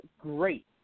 great